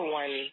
one